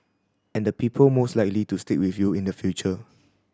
and the people most likely to stick with you in the future